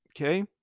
okay